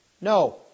No